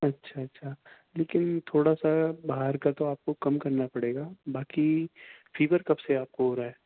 اچھا اچھا لیکن تھوڑا سا باہر کا تو آپ کو کم کرنا پڑے گا باقی فیور کب سے آپ کو ہو رہا ہے